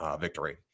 victory